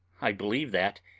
i believe that,